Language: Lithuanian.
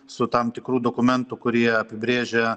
su tam tikrų dokumentų kurie apibrėžia